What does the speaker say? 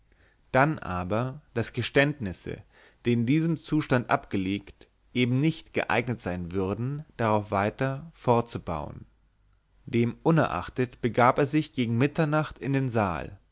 dann aber daß geständnisse in diesem zustande abgelegt eben nicht geeignet sein würden darauf weiter fortzubauen demunerachtet begab er sich gegen mitternacht in den saal